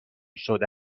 شده